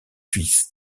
fils